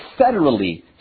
federally